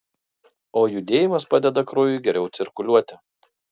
o judėjimas padeda kraujui geriau cirkuliuoti